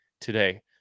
today